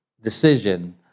decision